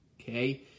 Okay